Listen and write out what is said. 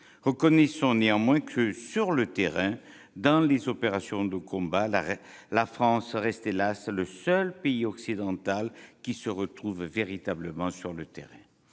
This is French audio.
Reconnaissons néanmoins que, dans les opérations de combat, la France reste, hélas, le seul pays occidental qui se retrouve véritablement sur le terrain.